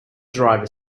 driver